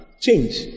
Change